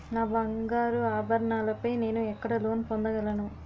నా బంగారు ఆభరణాలపై నేను ఎక్కడ లోన్ పొందగలను?